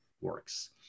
works